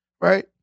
right